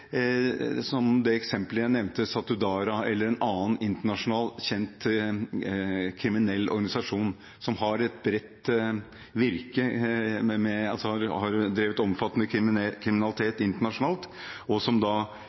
som eksemplet jeg nevnte, Satudarah eller en annen internasjonal, kjent kriminell organisasjon som har et bredt virke og har drevet omfattende kriminalitet internasjonalt, og som